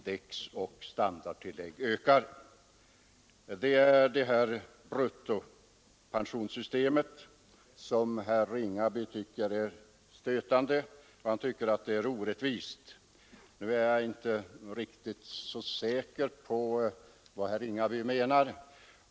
Det är detta system som herr Ringaby finner stötande och orättvist. Nu är jag inte riktigt säker på vad herr Ringaby menar.